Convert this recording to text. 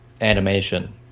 animation